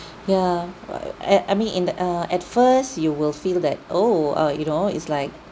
ya uh uh I mean in the uh at first you will feel that oh uh you know it's like